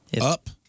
Up